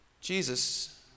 Jesus